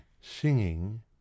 singing